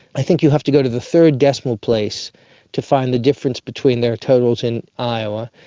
i think you have to go to the third decimal place to find the difference between their totals in iowa.